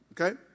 Okay